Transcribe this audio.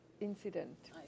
incident